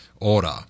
order